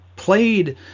Played